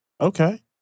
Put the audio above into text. okay